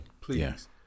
Please